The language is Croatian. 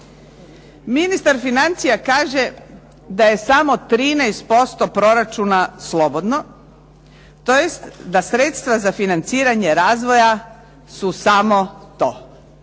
Ministar financija kaže da je samo 13% proračuna slobodno, tj. da sredstva za financiranje razvoja su samo to.